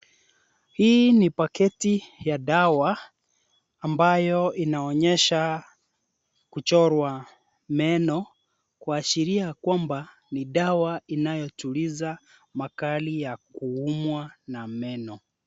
Hii ni paketi ya dawa ambayo inaonyesha kuchorwa meno, kuashiria kwamba ni dawa inayotuliza makali ya kuumwa na meno.